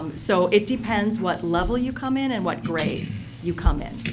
so, it depends what level you come in and what grade you come in.